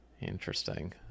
interesting